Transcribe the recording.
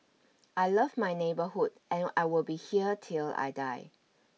I love my neighbourhood and I will be here till I die